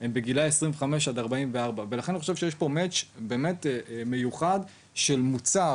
הם בגילאי 25-44 ולכן אני חושב שיש פה מאצ' שהוא באמת מיוחד של מוצר